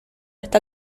está